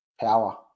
power